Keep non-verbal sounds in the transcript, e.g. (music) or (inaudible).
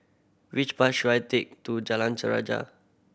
which bus should I take to Jalan (unintelligible)